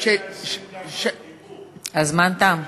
הזמן תם.